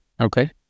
Okay